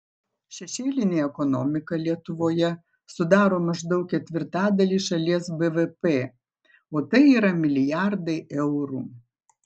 šešėlinė ekonomika lietuvoje sudaro maždaug ketvirtadalį šalies bvp o tai yra milijardai eurų